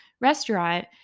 restaurant